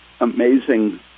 amazing